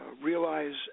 realize